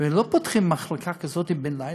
לא פותחים מחלקה כזאת בן-לילה.